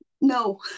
No